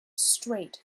straight